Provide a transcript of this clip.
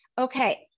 okay